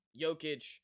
Jokic